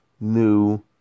new